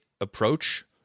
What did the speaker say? approach